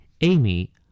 Amy